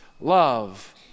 love